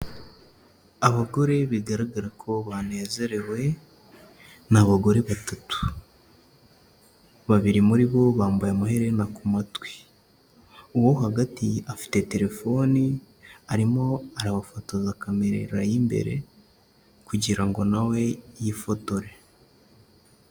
Abagore bigaragara ko banezerewe ni abagore batatu. Babiri muri bo bambaye amaherena ku matwi. Uwo hagati afite telefoni arimo arabafotoza camera y'imbere kugira ngo nawe yifotore.